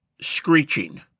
screeching